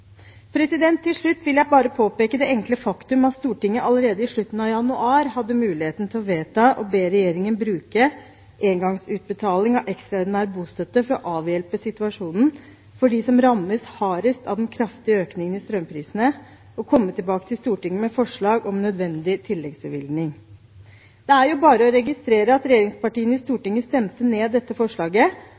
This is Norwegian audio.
Til slutt vil jeg påpeke det enkle faktum at Stortinget allerede i slutten av januar hadde muligheten til å vedta å be regjeringen bruke engangsutbetaling av ekstraordinær bostøtte for å avhjelpe situasjonen for dem som rammes hardest av den kraftige økningen i strømprisene, og komme tilbake til Stortinget med forslag om nødvendig tilleggsbevilgning. Det er bare å registrere at regjeringspartiene i Stortinget stemte ned dette forslaget,